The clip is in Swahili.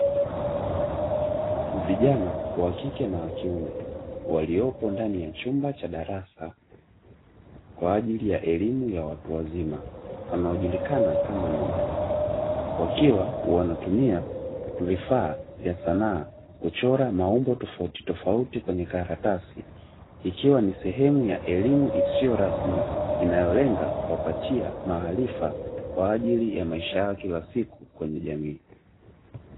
Vijana wa kike na wa kiume, waliopo ndani ya chumba cha darasa kwa ajili ya elimu ya watu wazima wanaojulikana kama 'MEMKWA'. Wakiwa wanatumia vifaa vya sanaa kuchora maumbo tofauti tofauti kwenye karatasi ikiwa ni sehemu ya elimu isiyo rasmi inayolenga kuwapatia maarifa kwa ajili ya maisha yao ya kila siku kwenye jamii.